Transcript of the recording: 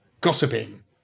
Gossiping